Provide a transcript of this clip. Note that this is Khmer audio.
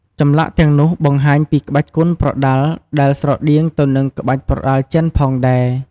ចម្លាក់ទាំងនោះបង្ហាញពីក្បាច់ប្រដាល់ដែលស្រដៀងទៅនឹងក្បាច់ប្រដាល់ចិនផងដែរ។